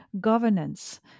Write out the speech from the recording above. governance